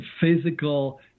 physical